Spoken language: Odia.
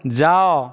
ଯାଅ